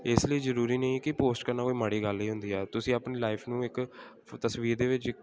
ਇਸ ਲਈ ਜ਼ਰੂਰੀ ਨਹੀਂ ਕਿ ਪੋਸਟ ਕਰਨਾ ਕੋਈ ਮਾੜੀ ਗੱਲ ਹੀ ਹੁੰਦੀ ਹੈ ਤੁਸੀਂ ਆਪਣੀ ਲਾਈਫ ਨੂੰ ਇੱਕ ਫ ਤਸਵੀਰ ਦੇ ਵਿੱਚ